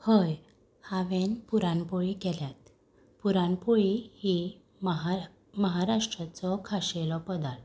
हय हांवें पुरण पोळी केल्यात पुरण पोळी ही महा महाराष्ट्राचो खाशेलो पदार्थ